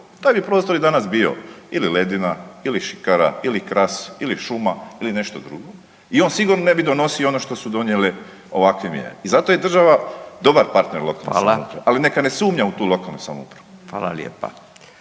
taj bi prostor i danas bio ili ledina ili šikara ili kras ili šuma ili nešto drugo i on sigurno ne bi donosio ono što su donijele ovakve mjere i zato je država dobar partner lokalnoj .../Upadica: Hvala./... samoupravi, ali neka ne sumnja u tu lokalnu samoupravu. **Radin,